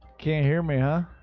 can hear mail